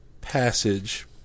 passage